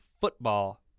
football